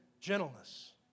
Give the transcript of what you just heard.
gentleness